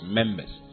members